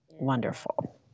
Wonderful